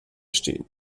stehen